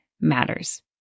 matters